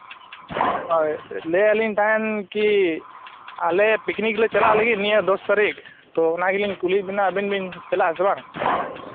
ᱦᱳᱭ ᱞᱟᱹᱭᱮᱫ ᱞᱤᱧ ᱛᱟᱦᱮᱱ ᱠᱤ ᱟᱞᱮ ᱯᱤᱠᱱᱤᱠ ᱞᱮ ᱪᱟᱞᱟᱜ ᱞᱟᱹᱜᱤᱫ ᱱᱤᱭᱟᱹ ᱫᱚᱥ ᱛᱟᱹᱨᱤᱠᱷ ᱛᱳ ᱚᱱᱟ ᱜᱮᱞᱤᱧ ᱠᱩᱞᱤᱭᱮᱫ ᱵᱮᱱᱟ ᱟᱹᱵᱤᱱ ᱵᱮᱱ ᱪᱟᱞᱟᱜ ᱟᱥᱮ ᱵᱟᱝ